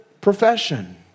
profession